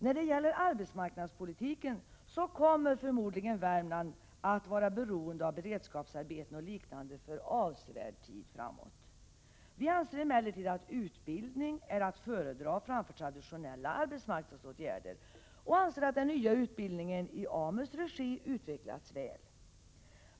När det gäller arbetsmarknadspolitiken kommer förmodligen Värmland att vara beroende av beredskapsarbeten och liknande för avsevärd tid framåt. Vi anser emellertid att utbildning är att föredra framför traditionella arbetsmarknadsåtgärder och menar att den nya utbildningen i AMU:s regi utvecklas väl.